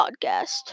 podcast